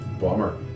Bummer